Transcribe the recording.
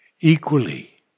equally